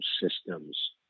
systems